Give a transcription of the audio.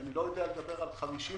ואני לא יודע לדבר על 50%,